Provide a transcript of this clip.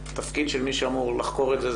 התפקיד של מי שאמור לחקור את זה,